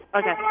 Okay